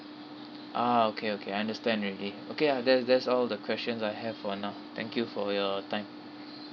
ah okay okay I understand already okay ah that's that's all the questions I have for now thank you for your time